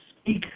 speak